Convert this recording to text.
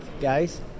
guys